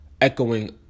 echoing